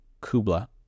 Kubla